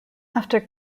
after